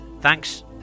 thanks